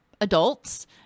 adults